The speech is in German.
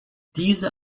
diese